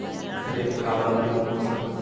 खरिफ लगाबे ला उपयुकत मौसम?